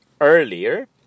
earlier